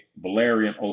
Valerian